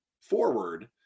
forward